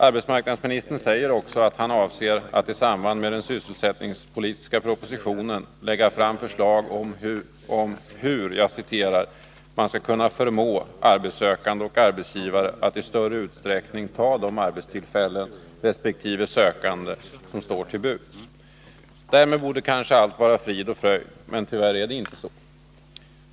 Arbetsmarknadsministern säger även att han avser att i samband med den sysselsättningspolitiska propositionen lägga fram förslag om hur ”man skall kunna förmå” — jag understryker ordet förmå — arbetssökande och arbetsgivare att i större utsträckning ta till vara de arbetstillfällen och de personer som står till buds. Därmed borde allt vara frid och fröjd, men tyvärr är det inte så.